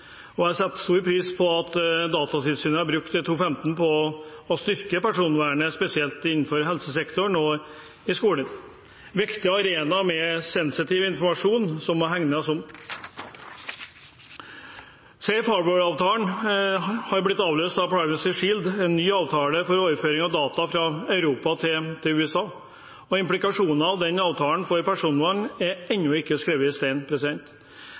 personverndebatt. Jeg setter stor pris på at Datatilsynet har brukt 2015 på å styrke personvernet, spesielt innenfor helsesektoren og i skolen – viktige arenaer med sensitiv informasjon, som må hegnes om. Safe Harbour-avtalen har blitt avløst av Privacy Shield, en ny avtale for overføring av data fra Europa til USA, og implikasjoner av den avtalen for personvernet er ennå ikke skrevet i stein.